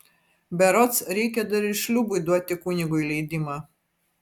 berods reikia dar ir šliūbui duoti kunigui leidimą